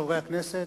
חברי הכנסת,